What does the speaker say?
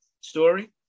story